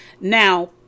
Now